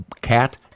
cat